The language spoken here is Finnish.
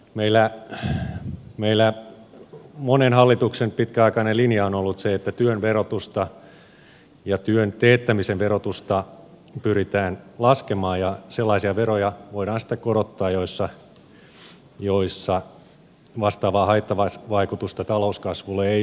meillä monen hallituksen pitkäaikainen linja on ollut se että työn verotusta ja työn teettämisen verotusta pyritään laskemaan ja sellaisia veroja voidaan sitten korottaa joissa vastaavaa haittavaikutusta talouskasvuun ei ole